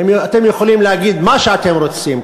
אתם יכולים להגיד מה שאתם רוצים.